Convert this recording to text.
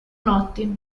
notti